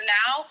now